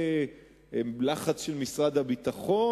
לחץ של משרד הביטחון.